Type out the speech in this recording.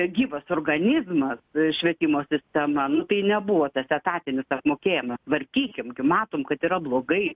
gyvas organizmas švietimo sistema nu tai nebuvo tas etatinis apmokėjimas tvarkykim gi matom kad yra blogai